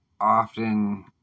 often